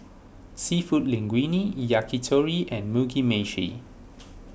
Seafood Linguine Yakitori and Mugi Meshi